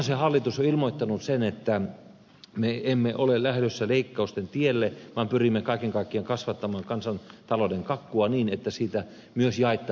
vanhasen hallitus on ilmoittanut että me emme ole lähdössä leikkausten tielle vaan pyrimme kaiken kaikkiaan kasvattamaan kansantalouden kakkua niin että siitä myös jaettavaa riittää